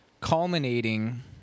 culminating